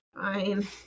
Fine